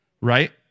Right